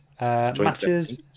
matches